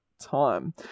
time